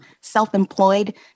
self-employed